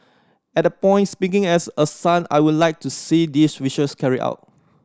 at that point speaking as a son I would like to see these wishes carried out